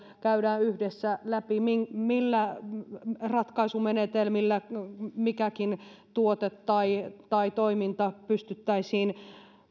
käydään yhdessä läpi millä millä ratkaisumenetelmillä mikäkin tuote tai tai toiminta pystyttäisiin